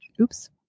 Oops